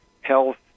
health